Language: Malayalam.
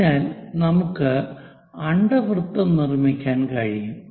അതിനാൽ നമുക്ക് അണ്ഡവൃത്തം നിർമ്മിക്കാൻ കഴിയും